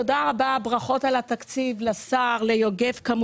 ברכות על התקציב לשר, ליוגב.